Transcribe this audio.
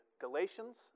Galatians